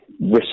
risk